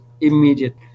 immediate